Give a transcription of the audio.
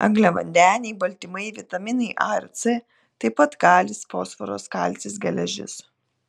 angliavandeniai baltymai vitaminai a ir c taip pat kalis fosforas kalcis geležis